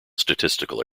statistical